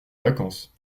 vacances